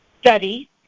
Study